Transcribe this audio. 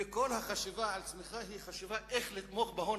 וכל החשיבה על צמיחה היא חשיבה איך לתמוך בהון